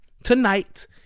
tonight